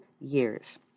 years